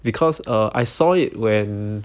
because err I saw it when